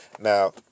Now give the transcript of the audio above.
Now